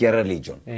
religion